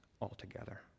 altogether